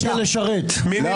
17,841 עד 17,860. מי בעד?